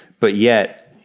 but yet,